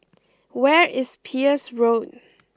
where is Peirce Road